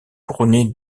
couronné